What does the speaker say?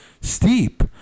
steep